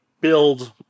build